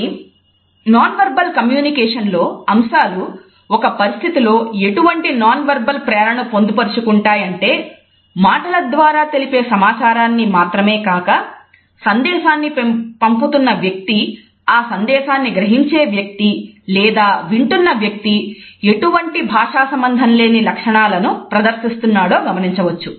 కాబట్టి non verbal కమ్యూనికేషన్లో అంశాలు ఒక పరిస్థితిలో ఎటువంటి నాన్ వెర్బల్ ప్రేరణను పొందుపరచుకుంటాయి అంటే మాటల ద్వారా తెలిపే సమాచారాన్ని మాత్రమే కాక సందేశాన్ని పంపుతున్న వ్యక్తి ఆ సందేశాన్ని గ్రహించే వ్యక్తి లేదా వింటున్న వ్యక్తి ఎటువంటి భాషా సంబంధంలేని లక్షణాలను ప్రదర్శిస్తున్నాడో గమనించవచ్చు